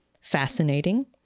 fascinating